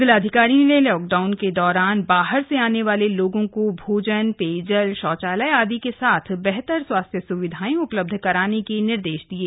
जिलाधिकारी ने लॉकडाउन के दौरान बाहर से आने वाले लोगों को भोजन पेयजल शौचालय आदि के साथ बेहतर स्वास्थ्य सुविधाएं उपलब्ध कराने के निर्देश दिये